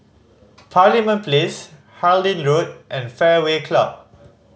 Parliament Place Harlyn Road and Fairway Club